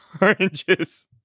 oranges